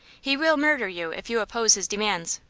he will murder you if you oppose his demands.